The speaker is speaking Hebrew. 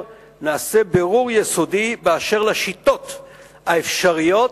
נעשה בירור יסודי באשר לשיטות האפשריות